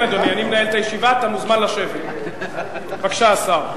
בבקשה, השר.